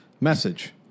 Message